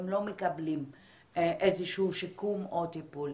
הם לא מקבלים איזה שהוא שיקום או טיפול.